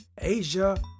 Asia